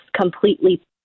completely